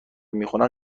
میخونن